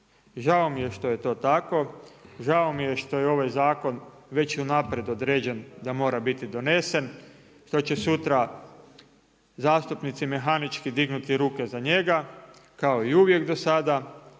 Žao mi je što je to tako, žao mi je što je ovaj zakon već unaprijed određen da mora biti donesen, što će sutra zastupnici mehanički dignuti ruke za njega, kao i uvijek do sada.